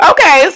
Okay